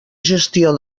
gestió